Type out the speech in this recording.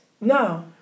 No